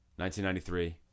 1993